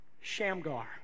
Shamgar